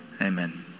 Amen